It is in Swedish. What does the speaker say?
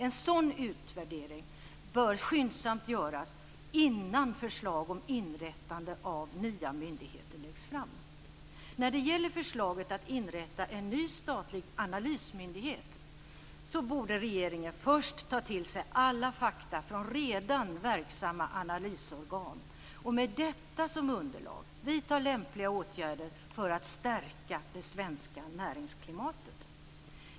En sådan utvärdering bör skyndsamt göras innan förslag om inrättande av nya myndigheter läggs fram. När det gäller förslaget att inrätta en ny statlig analysmyndighet borde regeringen först ta till sig alla fakta från redan verksamma analysorgan, och med detta som underlag vidta lämpliga åtgärder för att stärka det svenska näringsklimatet.